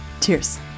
cheers